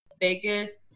biggest